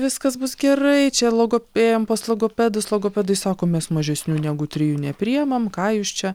viskas bus gerai čia logo ėjom pas logopedus logopedai sako mes mažesnių negu trijų neprijamam ką jūs čia